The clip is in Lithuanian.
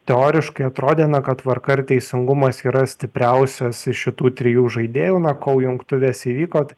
teoriškai atrodė na kad tvarka ir teisingumas yra stipriausias iš šitų trijų žaidėjų na kol jungtuvės įvyko t